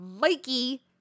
Mikey